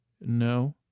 No